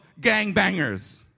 gangbangers